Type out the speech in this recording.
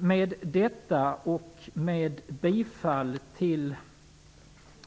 Med detta stöder